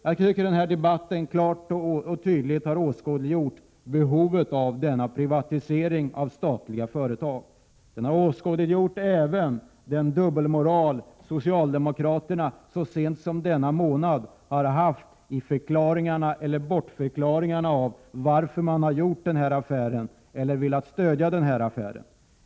Jag tycker att debatten i dag klart och tydligt har åskådliggjort behovet av en privatisering av statliga företag och även den dubbelmoral socialdemokraterna så sent som denna månad har visat prov på i förklaringarna — eller bortförklaringarna — till att man velat stödja denna affär.